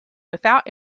without